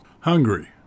Hungary